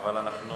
אבל אנחנו